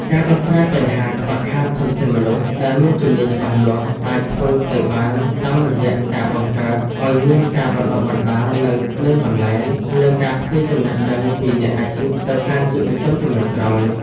ការដោះស្រាយបញ្ហាខ្វះខាតធនធានមនុស្សដែលមានជំនាញច្បាស់លាស់ អាចធ្វើទៅបានតាមរយៈការបង្កើតឱ្យមានការបណ្ដុះបណ្ដាលនៅនឹងកន្លែង និងការផ្ទេរចំណេះដឹងពីអ្នកអាជីពទៅកាន់យុវជនជំនាន់ក្រោយ។